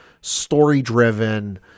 story-driven